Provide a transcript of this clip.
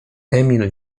emil